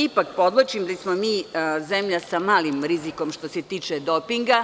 Ipak, podvlačim da smo mi zemlja sa malim rizikom što se tiče dopinga,